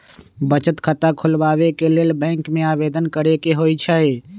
बचत खता खोलबाबे के लेल बैंक में आवेदन करेके होइ छइ